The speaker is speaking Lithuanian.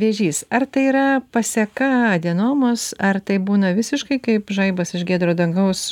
vėžys ar tai yra paseka adenomos ar tai būna visiškai kaip žaibas iš giedro dangaus